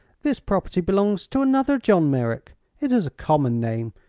this property belongs to another john merrick. it is a common name,